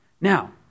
Now